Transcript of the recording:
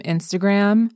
Instagram